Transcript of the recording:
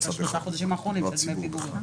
שלושה חודשים האחרונים של דמי פיגורים.